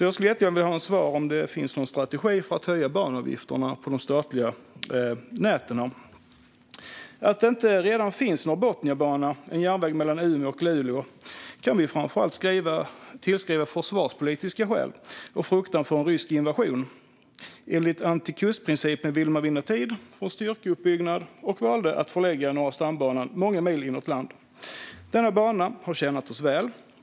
Jag vill därför gärna få ett svar på om det finns en strategi för att höja banavgifterna på de statliga näten. Att en Norrbotniabana inte redan finns - en järnväg mellan Umeå och Luleå - kan vi framför allt tillskriva försvarspolitiska skäl och fruktan för en rysk invasion. Enligt antikustprincipen vill man vinna tid för att få styrkeuppbyggnad och valde därför att förlägga Norra stambanan många mil inåt land. Denna bana har tjänat oss väl.